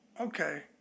Okay